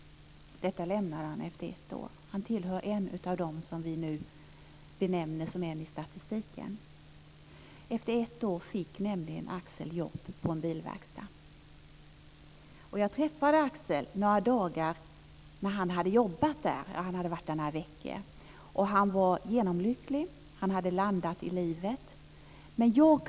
Han lämnade det efter ett år. Han tillhör dem som vi nu benämner som en i statistiken. Efter ett år fick nämligen Axel jobb på en bilverkstad. Jag träffade Axel när han hade jobbat där några veckor. Han var genomlycklig. Han hade landat i livet.